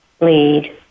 lead